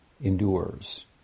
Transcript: endures